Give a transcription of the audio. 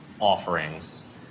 offerings